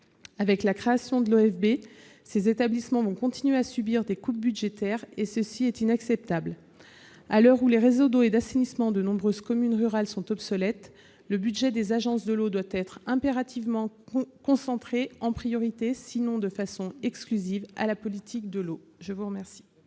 Avec la création de l'OFB, ces établissements vont continuer de subir des coupes budgétaires, ce qui est inacceptable. À l'heure où les réseaux d'eau et d'assainissement de nombreuses communes rurales sont obsolètes, le budget des agences de l'eau doit être impérativement consacré en priorité, sinon de façon exclusive, à la politique de l'eau. Mes chers